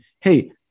hey